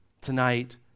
tonight